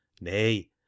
Nay